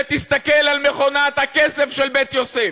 ותסתכל על מכונת הכסף של בית-יוסף.